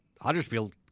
Huddersfield